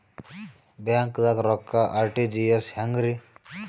ಬ್ಯಾಂಕ್ದಾಗ ರೊಕ್ಕ ಆರ್.ಟಿ.ಜಿ.ಎಸ್ ಹೆಂಗ್ರಿ?